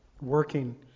working